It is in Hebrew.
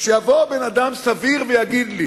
שיבוא בן-אדם סביר ויגיד לי